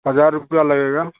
हज़ार रुपया लगेगा